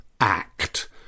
act